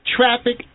Traffic